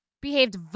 behaved